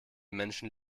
menschen